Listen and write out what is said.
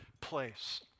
place